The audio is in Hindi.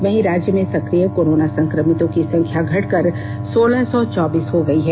वहीं राज्य में सक्रिय कोरोना संकमितों की संख्या घटकर सोलह सौ चौबीस हो गयी है